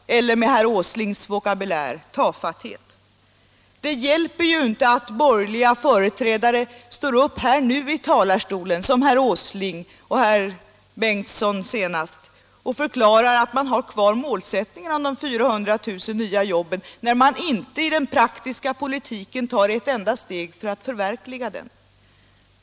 Eller är det med herr Åslings vokabulär tafatthet? Det hjälper inte att borgerliga företrädare som herr Åsling och nu senast herr Bengtson i Jönköping står upp här i talarstolen och förklarar att man har kvar målsättningen om de 400 000 nya jobben, när man inte i den praktiska politiken tar ett enda steg för att förverkliga den.